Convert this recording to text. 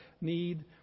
need